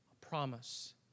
promise